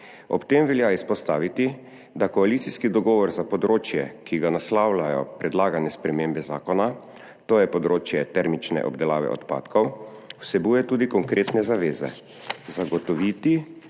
Ob tem velja izpostaviti, da koalicijski dogovor za področje, ki ga naslavljajo predlagane spremembe zakona, to je področje termične obdelave odpadkov, vsebuje tudi konkretne zaveze – zagotoviti